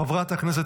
חבר הכנסת